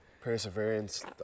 perseverance